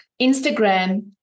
Instagram